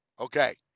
Okay